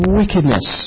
wickedness